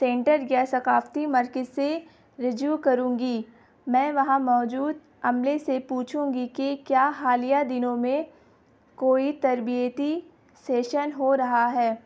centres یا ثقافتی مرکز سے رجوع کروں گی میں وہاں موجود عملے سے پوچھوں گی کہ کیا حالیہ دنوں میں کوئی تربیتی سیشن ہو رہا ہے